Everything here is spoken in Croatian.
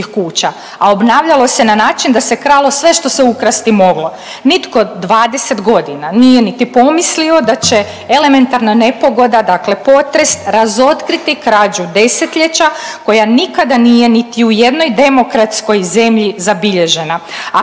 a obnavljalo se na način da se kralo sve što se ukrasti moglo. Nitko 20 godine nije niti pomislio da će elementarna nepogoda, dakle potres razotkriti krađu desetljeća koja nikada nije niti u jednoj demokratskoj zemlji zabilježena